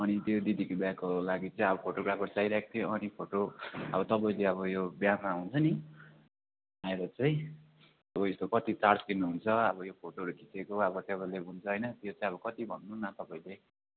अनि त्यो दिदीको बिहाको लागि चाहिँ अब फोटोग्राफर चाहिरहेको थियो अनि फोटो अब तपाईँले अब यो बिहामा हुन्छ नि आएर चाहिँ अब यसको कति चार्ज लिनुहुन्छ अब यो फोटोहरू खिचेको अब हुन्छ होइन त्यो चाहिँ अब कति भन्नु न तपाईँले